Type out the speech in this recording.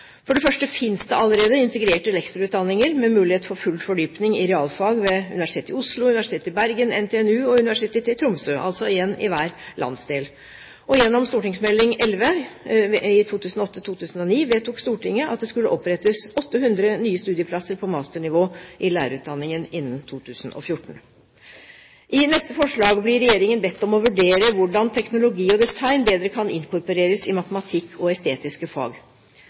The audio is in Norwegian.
For det første finnes det allerede integrerte lektorutdanninger med mulighet for full fordypning i realfag ved Universitetet i Oslo, Universitetet i Bergen, NTNU og Universitetet i Tromsø, altså en i hver landsdel. Gjennom St.meld. nr. 11 for 2008–2009 vedtok Stortinget at det skulle opprettes 800 nye studieplasser på masternivå i lærerutdanningen innen 2014. I neste forslag blir Regjeringen bedt om å vurdere hvordan teknologi og design bedre kan inkorporeres i matematikk og estetiske fag.